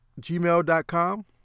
gmail.com